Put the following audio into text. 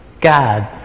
God